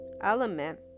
element